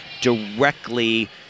directly